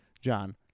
John